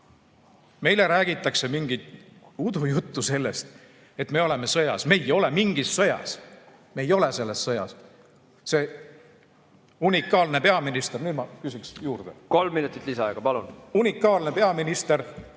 Meile räägitakse mingit udujuttu sellest, et me oleme sõjas. Me ei ole mingis sõjas, me ei ole selles sõjas. See unikaalne peaminister ... Nüüd ma küsiksin aega juurde. Kolm minutit lisaaega. Palun! Kolm minutit